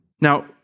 Now